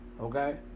okay